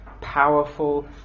powerful